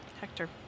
Hector